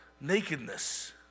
nakedness